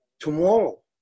tomorrow